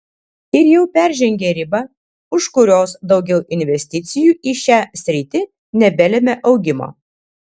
ir jau peržengė ribą už kurios daugiau investicijų į šią sritį nebelemia augimo